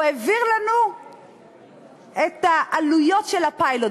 הוא העביר לנו את העלויות של הפיילוט,